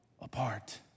apart